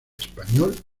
español